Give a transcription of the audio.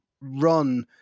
run